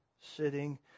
sitting